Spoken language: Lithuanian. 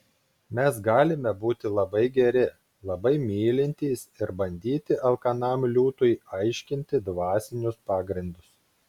mes galime būti labai geri labai mylintys ir bandyti alkanam liūtui aiškinti dvasinius pagrindus